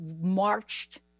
marched